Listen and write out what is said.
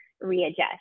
readjust